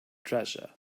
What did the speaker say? treasure